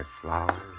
flowers